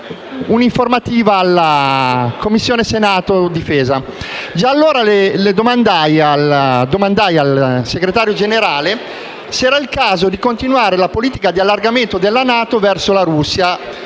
un'informativa presso la Commissione difesa e già allora domandai al Segretario Generale se era il caso di continuare la politica di allargamento della NATO verso la Russia.